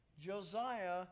Josiah